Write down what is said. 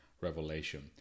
Revelation